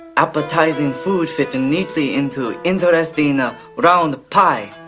appetizing food fit and neatly into interesting you know but round pie.